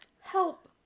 help